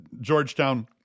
Georgetown